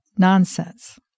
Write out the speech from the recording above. nonsense